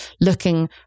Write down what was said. looking